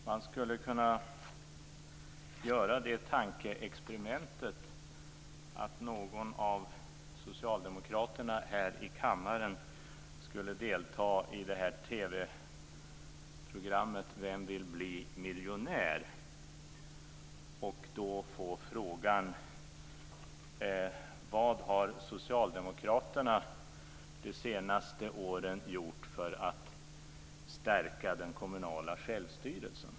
Man skulle kunna göra tankeexperimentet att någon av socialdemokraterna här i kammaren ska delta i TV-programmet Vem vill bli miljonär och då får frågan: Vad har socialdemokraterna gjort de senaste åren för att stärka den kommunala självstyrelsen?